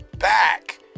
Back